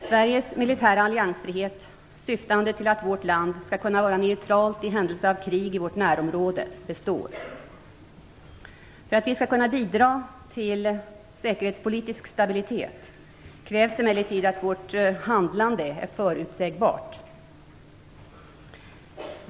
Sveriges militära alliansfrihet syftande till att vårt land skall kunna vara neutralt i händelse av krig i vårt närområde består. För att vi skall kunna bidra till säkerhetspolitisk stabilitet krävs emellertid att vårt handlande är förutsägbart.